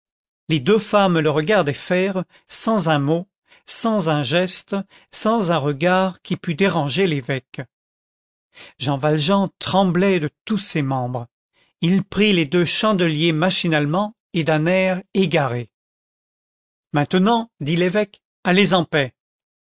les deux femmes le regardaient faire sans un mot sans un geste sans un regard qui pût déranger l'évêque jean valjean tremblait de tous ses membres il prit les deux chandeliers machinalement et d'un air égaré maintenant dit l'évêque allez en paix